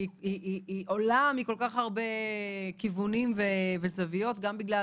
היא עולה מכל כך הרבה כיוונים וזוויות, גם בגלל